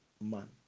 man